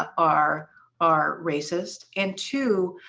are are racist? and two,